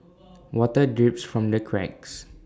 water drips from the cracks